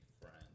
friends